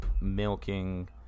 milking